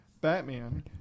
Batman